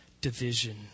division